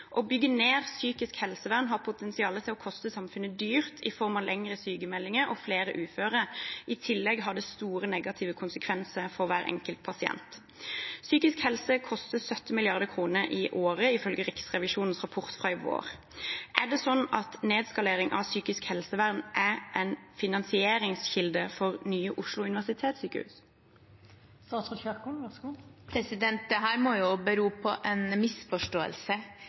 Å bygge ned psykisk helsevern har potensial til å koste samfunnet dyrt i form av lengre sykemeldinger og flere uføre. I tillegg har det store negative konsekvenser for hver enkelt pasient. Psykisk helse koster 70 mrd. kr i året, ifølge Riksrevisjonens rapport fra i vår. Er nedskalering av psykisk helsevern en finansieringskilde for Nye Oslo universitetssykehus? Dette må jo bero på en misforståelse. Planene for Nye OUS er en